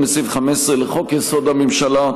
בהתאם לסעיף 15 לחוק-יסוד: הממשלה,